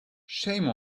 shame